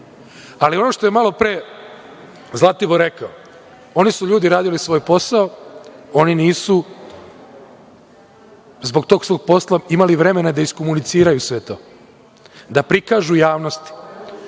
ali ono što je malo pre Zlatibor rekao, oni su ljudi radili svoj posao, oni nisu zbog tog svog posla imali vremena da iskomuniciraju sve to, da prikažu javnosti,